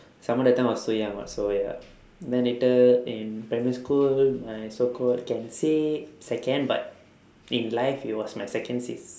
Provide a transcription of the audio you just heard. some more that time I was so young [what] so ya then later in primary school my so called can say second but in life it was my second Cs